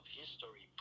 history